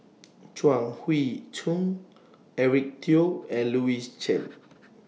Chuang Hui Tsuan Eric Teo and Louis Chen